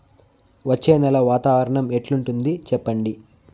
వచ్చే నెల వాతావరణం ఎట్లుంటుంది చెప్పండి?